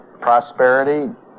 prosperity